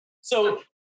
So-